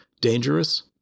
dangerous